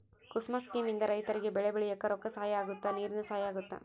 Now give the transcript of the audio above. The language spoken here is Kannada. ಕುಸುಮ ಸ್ಕೀಮ್ ಇಂದ ರೈತರಿಗೆ ಬೆಳೆ ಬೆಳಿಯಾಕ ರೊಕ್ಕ ಸಹಾಯ ಅಗುತ್ತ ನೀರಿನ ಸಹಾಯ ಅಗುತ್ತ